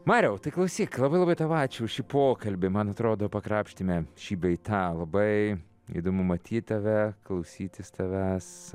mariau tai klausyk labai labai tau ačiū už šį pokalbį man atrodo pakrapštėme šį bei tą labai įdomu matyt tave klausytis tavęs